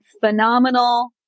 Phenomenal